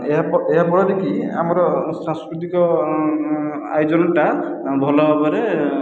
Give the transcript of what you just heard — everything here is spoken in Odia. ଏହା ଏହାଫଳରେ କି ଆମର ସାଂସ୍କୃତିକ ଆୟୋଜନଟା ଭଲ ଭାବରେ